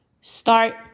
start